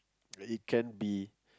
he can be